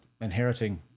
inheriting